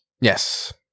Yes